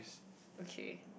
okay